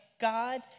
God